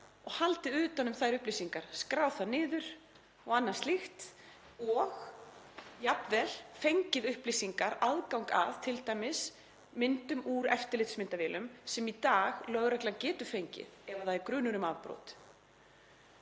haldið utan um þær upplýsingar, skráð þær niður og annað slíkt og jafnvel fengið upplýsingar, aðgang að t.d. myndum úr eftirlitsmyndavélum sem lögreglan getur í dag fengið ef það er grunur um afbrot